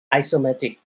isometric